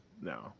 no